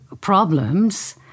problems